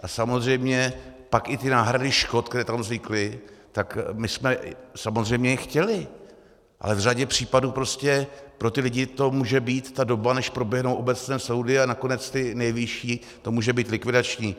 A samozřejmě pak i ty náhrady škod, které tam vznikly, my jsme samozřejmě chtěli, ale v řadě případů prostě pro ty lidi to může být, ta doba, než proběhnou obecné soudy a nakonec ty nejvyšší, to může být likvidační.